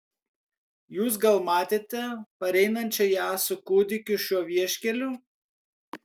jūs gal matėte pareinančią ją su kūdikiu šiuo vieškeliu